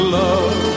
love